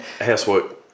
Housework